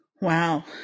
wow